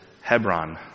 Hebron